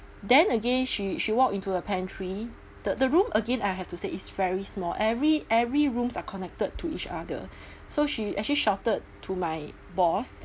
then again she she walked into a pantry the the room again I have to say it's very small every every rooms are connected to each other so she actually shouted to my boss